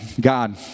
God